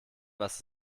was